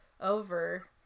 over